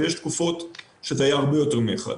ויש תקופות שזה היה הרבה יותר מ-1.